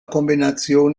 kombination